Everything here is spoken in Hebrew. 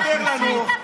אחרי זה תספר לנו, מה